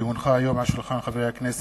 כי הונחה היום על שולחן הכנסת,